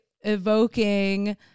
evoking